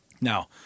Now